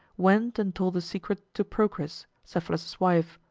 went and told the secret to procris, cephalus's wife.